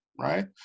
right